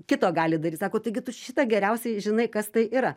kito gali daryt sako taigi tu šitą geriausiai žinai kas tai yra